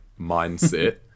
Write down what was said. mindset